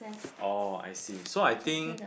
oh I see so I think